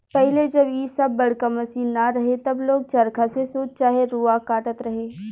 पहिले जब इ सब बड़का मशीन ना रहे तब लोग चरखा से सूत चाहे रुआ काटत रहे